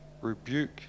rebuke